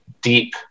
Deep